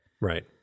Right